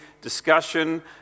discussion